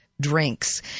drinks